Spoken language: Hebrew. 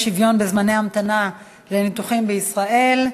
אי-שוויון בזמני ההמתנה לניתוחים בישראל,